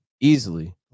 easily